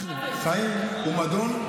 חיים ומוות.